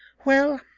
well,